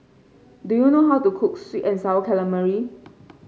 do you know how to cook sweet and sour calamari